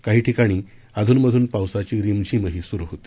काही ठिकाणी अधूनमधून पावसाची रिमझीमही स्रु होती